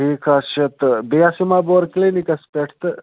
ٹھیٖک حظ چھِ تہٕ بیٚیہِ حظ یِمٕے بہٕ اور کِلِنِکَس پٮ۪ٹھ تہٕ